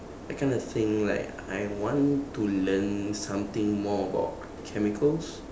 I kind of think like I want to learn something more about chemicals